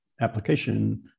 application